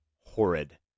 horrid